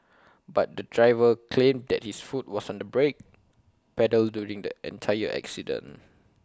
but the driver claimed that his foot was on the brake pedal during the entire accident